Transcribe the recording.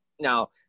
now